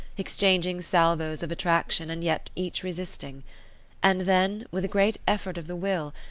exchanging salvos of attraction and yet each resisting and then, with a great effort of the will,